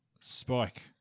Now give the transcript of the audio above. Spike